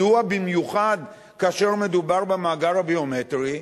מדוע, במיוחד כאשר מדובר במאגר הביומטרי?